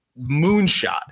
moonshot